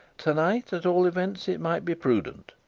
to-night, at all events, it might be prudent,